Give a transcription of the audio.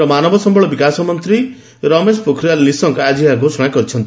କେନ୍ଦ ମାନବସ୍ୟଳ ବିକାଶ ମନ୍ତୀ ରମେଶ ପୋଖରିଆଲ ନିଶଙ୍ଙ ଆକି ଏହା ଘୋଷଣା କରିଛନ୍ତି